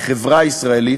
החברה הישראלית,